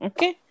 Okay